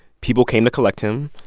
people came to collect him.